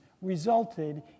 resulted